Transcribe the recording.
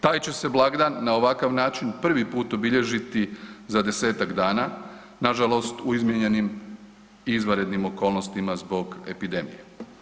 Taj će se blagdan na ovakav način prvi put obilježiti za desetak dana, nažalost u izmijenjenim i izvanrednim okolnostima zbog epidemije.